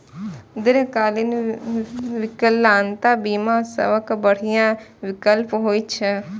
दीर्घकालीन विकलांगता बीमा सबसं बढ़िया विकल्प होइ छै